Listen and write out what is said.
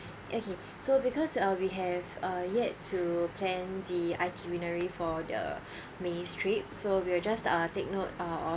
okay so because uh we have uh yet to plan the itinerary for the may's trip so we will just uh take note uh of